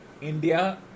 India